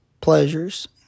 pleasures